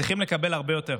צריכים לקבל הרבה יותר.